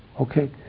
Okay